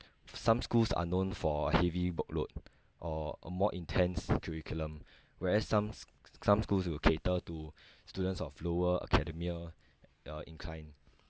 some schools are known for heavy workload or a more intense curriculum whereas some some schools will cater to students of lower academia uh inclined